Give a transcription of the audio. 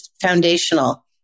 foundational